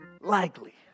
likely